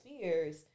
fears